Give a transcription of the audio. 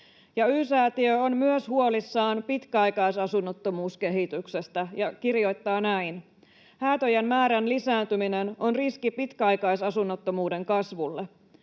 Y-Säätiö on huolissaan myös pitkäaikaisasunnottomuuskehityksestä ja kirjoittaa näin: ”Häätöjen määrän lisääntyminen on riski pitkäaikaisasunnottomuuden kasvulle.